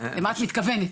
למה את מתכוונת?